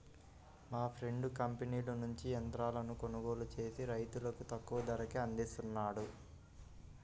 మా ఫ్రెండు కంపెనీల నుంచి యంత్రాలను కొనుగోలు చేసి రైతులకు తక్కువ ధరకే అందిస్తున్నాడు